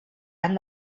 and